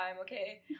okay